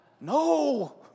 No